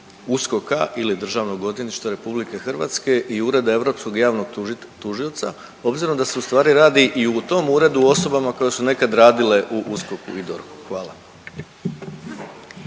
USKOK-a ili Državnog odvjetništva RH i Ureda europskog javnog tužioca obzirom da se ustvari rada i u tom uredu o osobama koje su nekad radile u USKOK-u i DORH-u? Hvala.